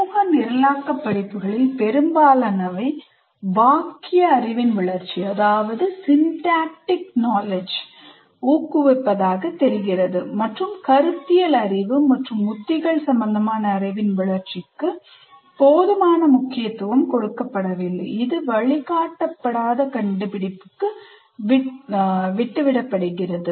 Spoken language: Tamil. அறிமுக நிரலாக்க படிப்புகளில் பெரும்பாலானவை வாக்கிய அறிவின் வளர்ச்சியைsyntactic knowledge ஊக்குவிப்பதாகத் தெரிகிறது மற்றும் கருத்தியல் அறிவு அல்லது உத்திகள் சம்மந்தமான அறிவின் வளர்ச்சிக்கு போதுமான முக்கியத்துவம் கொடுக்கவில்லை இது வழிகாட்டப்படாத கண்டுபிடிப்புக்கு விடப்படுகிறது